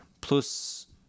plus